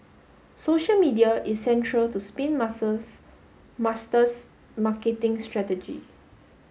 social media is central to Spin Master's marketing strategy